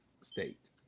State